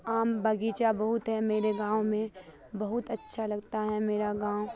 آم بگیچہ بہت ہے میرے گاؤں میں بہت اچھا لگتا ہے میرا گاؤں